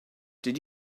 did